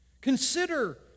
Consider